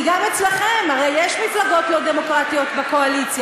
כי גם אצלכם הרי יש מפלגות לא דמוקרטיות בקואליציה.